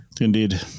Indeed